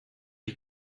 die